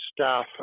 staff